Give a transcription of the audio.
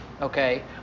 okay